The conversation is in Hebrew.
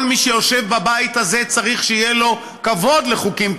כל מי שיושב בבית הזה צריך שיהיה לו כבוד לחוקים,